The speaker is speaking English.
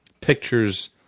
pictures